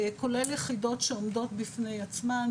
כולל יחידות שעומדות בפני עצמן,